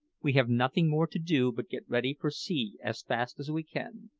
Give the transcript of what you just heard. we have nothing more to do but get ready for sea as fast as we can,